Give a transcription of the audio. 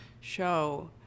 show